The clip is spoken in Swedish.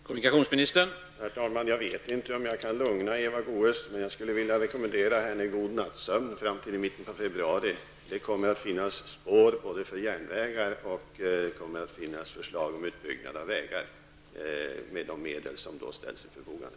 Herr talman! Jag vet inte om jag kan lugna Eva Goe s, men jag skulle vilja rekommendera henne en god nattsömn fram till mitten av februari. Det kommer att finnas spår av förslag när det gäller både järnvägar och utbyggnad av vägar, som kommer att rymmas inom de medel som då ställs till förfogande.